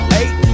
eight